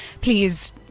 please